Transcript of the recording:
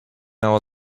our